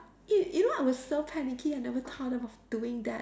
you you know I was so panicky I never thought of doing that